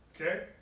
Okay